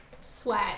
sweat